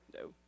No